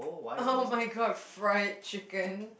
[oh]-my-god fried chicken